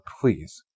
please